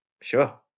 sure